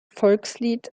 volkslied